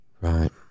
Right